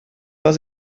was